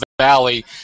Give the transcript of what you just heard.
valley